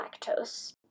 lactose